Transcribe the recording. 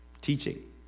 teaching